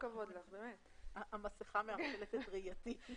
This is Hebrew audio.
המסכה מערפלת את ראייתי.